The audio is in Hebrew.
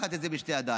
לקחת את זה בשתי ידיים,